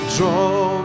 Draw